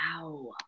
Wow